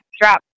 drop